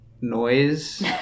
noise